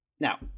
Now